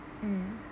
mm